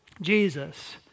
Jesus